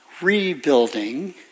rebuilding